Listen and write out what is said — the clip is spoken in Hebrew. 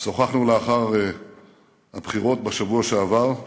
שוחחנו לאחר הבחירות בשבוע שעבר.